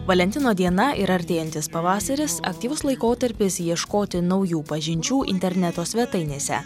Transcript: valentino diena ir artėjantis pavasaris aktyvus laikotarpis ieškoti naujų pažinčių interneto svetainėse